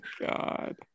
god